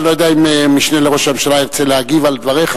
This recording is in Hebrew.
אני לא יודע אם המשנה לראש הממשלה ירצה להגיב על דבריך,